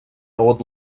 old